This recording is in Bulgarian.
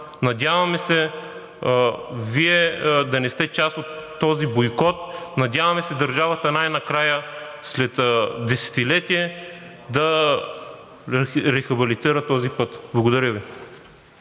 Надяваме се Вие да не сте част от този бойкот, надяваме се държавата най-накрая след десетилетие да рехабилитира този път. Благодаря Ви.